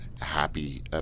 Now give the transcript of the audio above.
happy